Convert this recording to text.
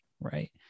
right